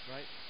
Right